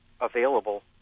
available